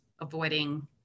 avoiding